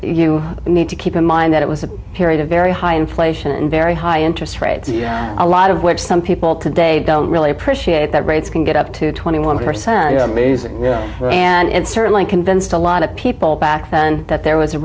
you need to keep in mind that it was a period of very high inflation and very high interest rates yeah a lot of which some people today don't really appreciate that rates can get up to twenty one percent amazing and certainly convinced a lot of people back then that there was a